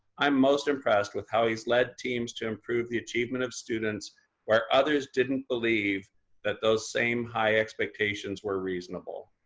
i'm most impressed with how he's led teams to improve the achievement of students where others didn't believe that those same high expectations were reasonable.